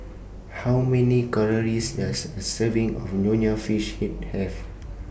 How Many Calories Does A Serving of Nonya Fish Head Have